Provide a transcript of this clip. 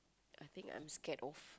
I think I'm scared of